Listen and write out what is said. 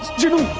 genie!